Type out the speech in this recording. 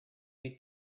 can